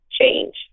change